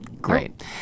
Great